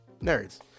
nerds